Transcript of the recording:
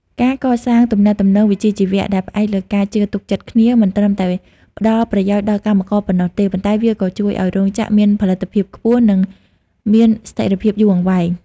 ការកសាងទំនាក់ទំនងវិជ្ជាជីវៈដែលផ្អែកលើការជឿទុកចិត្តគ្នា មិនត្រឹមតែផ្តល់ប្រយោជន៍ដល់កម្មករប៉ុណ្ណោះទេ ប៉ុន្តែវាក៏ជួយឱ្យរោងចក្រមានផលិតភាពខ្ពស់ និងមានស្ថិរភាពយូរអង្វែង។